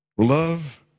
Love